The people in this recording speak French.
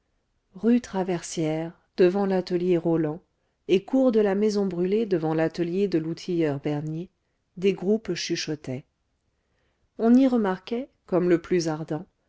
rue traversière devant l'atelier roland et cour de la maison brûlée devant l'atelier de l'outilleur bernier des groupes chuchotaient on y remarquait comme le plus ardent